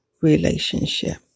relationship